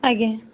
ଆଜ୍ଞା